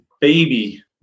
baby